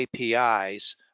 APIs